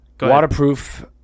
waterproof